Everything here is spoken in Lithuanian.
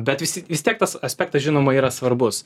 bet visi vis tiek tas aspektas žinoma yra svarbus